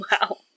wow